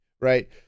right